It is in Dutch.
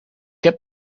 heb